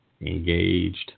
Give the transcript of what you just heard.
engaged